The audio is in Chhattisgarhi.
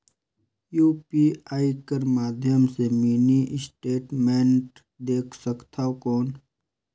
यू.पी.आई कर माध्यम से मिनी स्टेटमेंट देख सकथव कौन?